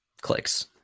clicks